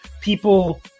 people